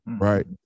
right